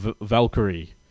Valkyrie